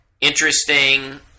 interesting